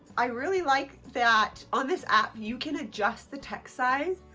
i really like that on this app you can adjust the text size.